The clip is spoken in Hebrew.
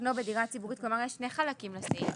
לשכנו בדירה ציבורית, כלומר יש שני חלקים לסעיף